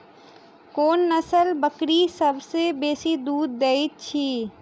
कोन नसलक बकरी सबसँ बेसी दूध देइत अछि?